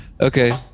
okay